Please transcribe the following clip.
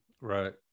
right